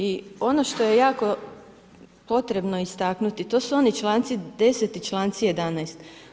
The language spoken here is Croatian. I ono što je jako potrebno istaknuti, to su oni članci 10. i članci 11.